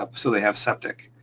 ah so they have septic,